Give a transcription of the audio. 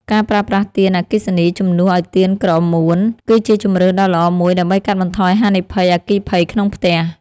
ការប្រើប្រាស់ទៀនអគ្គិសនីជំនួសឱ្យទៀនក្រមួន គឺជាជម្រើសដ៏ល្អមួយដើម្បីកាត់បន្ថយហានិភ័យអគ្គិភ័យក្នុងផ្ទះ។